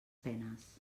penes